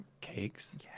Cakes